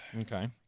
Okay